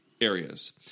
areas